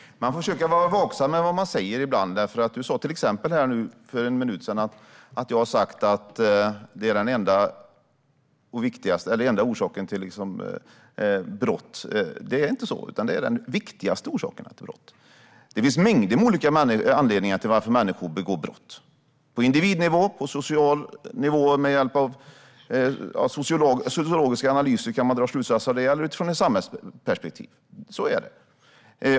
Fru talman! Man får försöka vara vaksam med vad man säger ibland, Adam Marttinen. Du sa till exempel för en minut sedan att jag har sagt att social bakgrund är den enda orsaken till brott. Det är det inte, utan det är den viktigaste orsaken till brott. Det finns mängder med anledningar till att människor begår brott - på individnivå och på social nivå. Man kan dra slutsatser med hjälp av sociologiska analyser eller utifrån ett samhällsperspektiv.